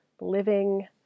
living